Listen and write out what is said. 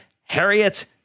Harriet